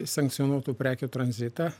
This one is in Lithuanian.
sankcionuotų prekių tranzitą